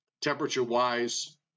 temperature-wise